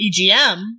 EGM